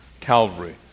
Calvary